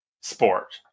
sport